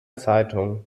zeitung